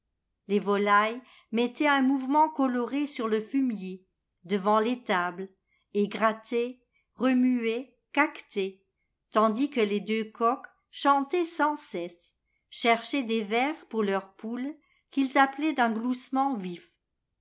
les volailles mettaient un mouvement coloré sur le fumier devant l'étable et grattaient remuaient caquetaient tandis que les deux coqs chantaient sans cesse cherchaient des vers pour leurs poules qu'ils appelaient d'un gloussement vif